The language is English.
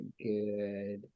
good